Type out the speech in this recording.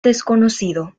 desconocido